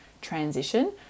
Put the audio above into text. transition